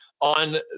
on